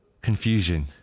Confusion